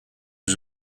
was